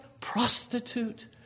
prostitute